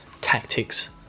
tactics